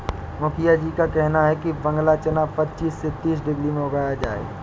मुखिया जी का कहना है कि बांग्ला चना पच्चीस से तीस डिग्री में उगाया जाए